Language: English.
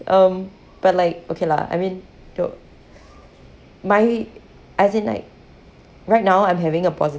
um but like okay lah I mean th~ my as in like right now I'm having a